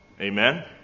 Amen